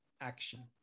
action